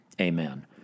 amen